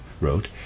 wrote